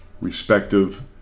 respective